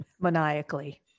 Maniacally